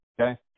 Okay